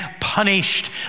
punished